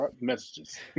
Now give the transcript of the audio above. messages